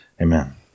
Amen